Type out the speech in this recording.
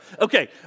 Okay